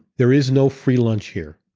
there is no free lunch here.